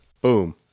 Boom